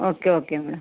okay okay madam